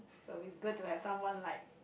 though is good to have someone like